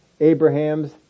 Abraham's